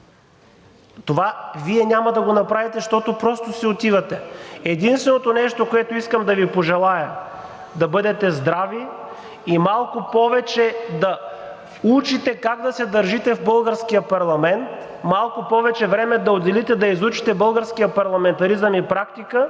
Това Вие няма да го направите, защото просто си отивате. Единственото нещо, което искам да Ви пожелая – да бъдете здрави и малко повече да учите как да се държите в българския парламент, малко повече време да отделите да изучите българския парламентаризъм и практика,